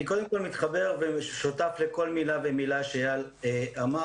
אני קודם כל מתחבר ושותף לכל מילה ומילה שאיל אמר.